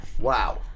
Wow